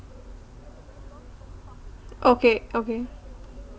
okay okay